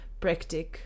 practic